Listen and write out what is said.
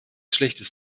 schlechtes